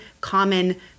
common